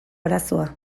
arazoa